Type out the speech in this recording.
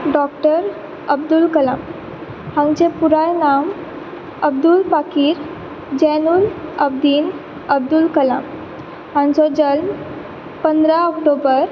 doctor Abdul Kalam हांचें पुराय नांव अब्दूल पाकीर जैनूल अब्दीन अब्दूल कलाम हांचो जल्म पंदरा ऑक्टोबर